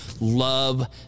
Love